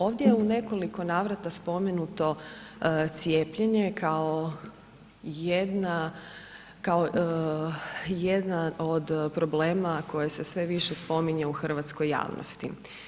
Ovdje u nekoliko navrata je spomenuto cijepljenje kao jedan od problema koji se sve više spominje u hrvatskoj javnosti.